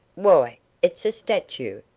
why, it's a stature.